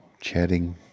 chatting